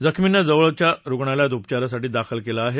जखमींना जवळच्या रुणालयात उपचारासाठी दाखल केलं आहे